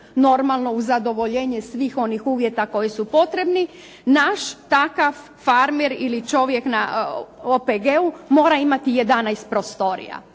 normalno uz zadovoljenje svih onih uvjeta koji su potrebni. Naš takav farmer ili čovjek na OPG-u mora imati 11 prostorija.